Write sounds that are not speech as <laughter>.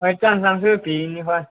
ꯍꯣꯏ <unintelligible> ꯄꯤꯒꯅꯤ ꯍꯣꯏ